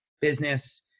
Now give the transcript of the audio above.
business